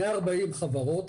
140 חברות,